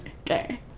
Okay